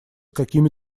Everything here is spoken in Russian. какими